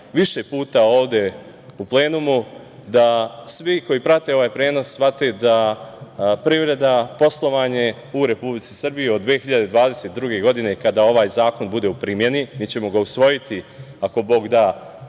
više puta ovde u plenumu da svi koji prate ovaj prenos shvate da privreda, poslovanje u Republici Srbiji od 2022. godine, kada ovaj zakon bude u primeni, mi ćemo ga usvojiti, ako Bog da,